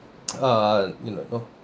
uh you know you know